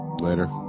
Later